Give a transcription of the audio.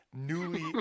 newly